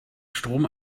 strom